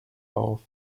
auf